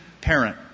parent